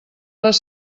les